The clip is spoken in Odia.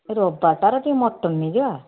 ରବିବାରଟାରେ ଟିକିଏ ମଟନ୍ ନେଇଯିବା